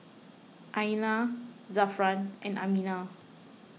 Aina Zafran and Aminah